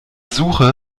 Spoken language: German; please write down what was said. suche